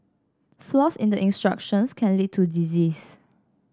flaws in the instructions can lead to disease